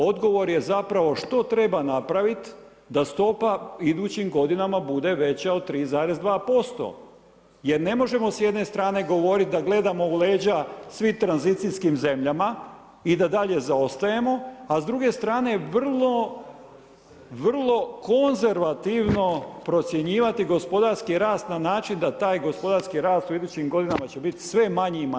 Odgovor je zapravo što treba napravit da stopa u idućim godinama bude veća od 3,2% jer ne možemo s jedne strane govoriti da gledamo u leđa svim tranzicijskim zemljama i da dalje zaostajemo, a s druge strane vrlo konzervativno procjenjivati gospodarski rast na način da taj gospodarski rast u idućim godinama će biti sve manji i manji.